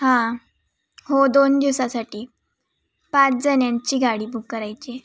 हां हो दोन दिवसासाठी पाचजणांची गाडी बुक करायची आहे